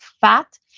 fat